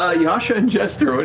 ah yasha and jester,